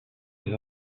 les